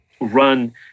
run